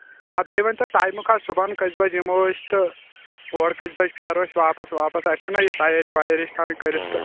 آ بیٚیہِ ؤنۍتَو ٹایمُک حظ صُبحن کٔژ بجہِ یِمو أسۍ تہٕ اورٕ کٔژِ بجہٕ پھیرو أسۍ واپس اسہِ چھُناہ یہِ تیٲری ویٲری چھِ تھَوٕنۍ کٔرِتھ تہٕ